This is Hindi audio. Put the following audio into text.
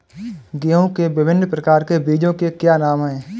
गेहूँ के विभिन्न प्रकार के बीजों के क्या नाम हैं?